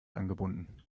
angebunden